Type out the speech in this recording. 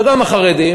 וגם החרדים